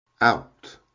Out